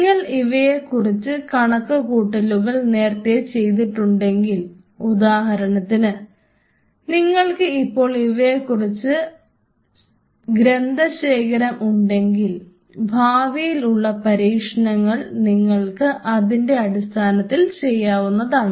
നിങ്ങൾ ഇവയെക്കുറിച്ചുള്ള കണക്കുകൂട്ടലുകൾ നേരത്തെ ചെയ്തിട്ടുണ്ടെങ്കിൽ ഉദാഹരണത്തിന് നിങ്ങൾക്ക് ഇപ്പോൾ ഇവയെക്കുറിച്ചുള്ള ഗ്രന്ഥശേഖരം ഉണ്ടെങ്കിൽ ഭാവിയിൽ ഉള്ള പരീക്ഷണങ്ങൾ നിങ്ങൾക്ക് അതിൻറെ അടിസ്ഥാനത്തിൽ ചെയ്യാവുന്നതാണ്